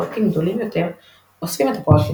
פרויקטים גדולים יותר אוספים את הפרויקטים